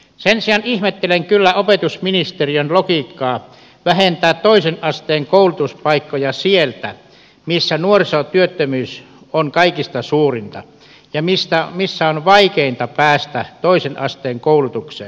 sen sijaan ihmettelen kyllä opetusministeriön logiikkaa vähentää toisen asteen koulutuspaikkoja sieltä missä nuorisotyöttömyys on kaikista suurinta ja missä on vaikeinta päästä toisen asteen koulutukseen